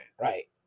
Right